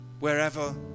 wherever